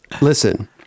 Listen